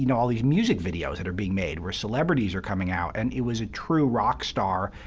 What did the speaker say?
you know all these music videos that are being made where celebrities are coming out. and it was a true rock star,